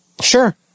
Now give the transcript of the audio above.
Sure